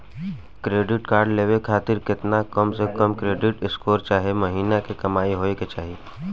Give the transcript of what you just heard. Credit card लेवे खातिर केतना कम से कम क्रेडिट स्कोर चाहे महीना के कमाई होए के चाही?